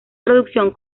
producción